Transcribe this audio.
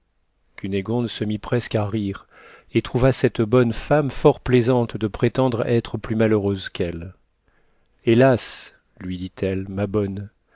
cunégonde se mit presque à rire et trouva cette bonne femme fort plaisante de prétendre être plus malheureuse qu'elle hélas lui dit-elle ma bonne